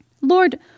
Lord